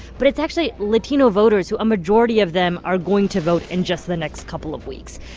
but it's actually latino voters who a majority of them are going to vote in just the next couple of weeks.